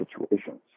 situations